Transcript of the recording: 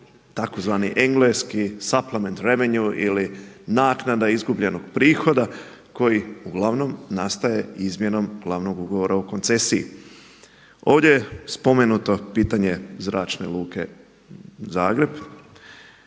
govori engleski./ … ili naknada izgubljenog prihoda koji uglavnom nastaje izmjenom glavnom ugovora o koncesiji. Ovdje je spomenuto pitanje Zračne luke Zagreb